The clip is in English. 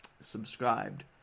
subscribed